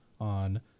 on